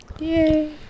yay